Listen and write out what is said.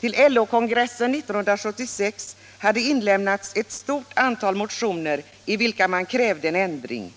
Till LO-kongressen 1976 hade inlämnats ett stort antal motioner i vilka man krävde en ändring.